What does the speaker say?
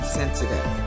sensitive